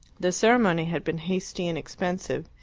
the ceremony had been hasty and expensive,